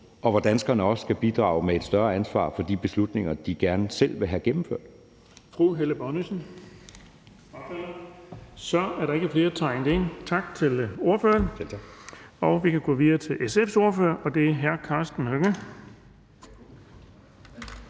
og hvor danskerne også skal bidrage med et større ansvar for de beslutninger, de gerne selv vil have gennemført.